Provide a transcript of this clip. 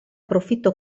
profitto